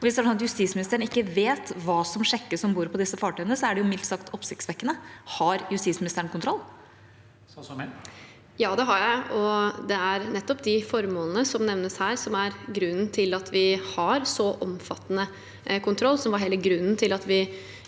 at justisministeren ikke vet hva som sjekkes om bord på disse fartøyene, er det mildt sagt oppsiktsvekkende. Har justisministeren kontroll? Statsråd Emilie Mehl Ja, det har jeg. Det er nettopp de formålene som nevnes her, som er grunnen til at vi har så omfattende kontroll, og som er hele grunnen til at vi